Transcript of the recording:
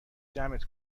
جمعت